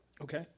Okay